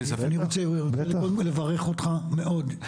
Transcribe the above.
אני רוצה קודם כל לברך אותך מאוד.